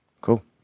Cool